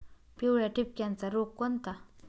पिवळ्या ठिपक्याचा रोग कोणता?